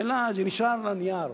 אלא זה נשאר על הנייר.